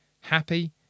happy